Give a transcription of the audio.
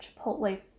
Chipotle